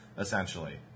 Essentially